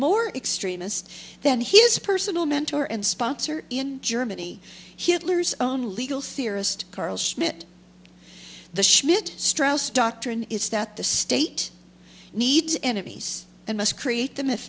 more extremist than his personal mentor and sponsor in germany hitler's own legal theorist carl schmidt the schmidt strauss doctrine is that the state needs enemies and must create them i